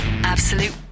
Absolute